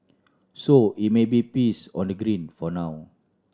so it may be peace on the green for now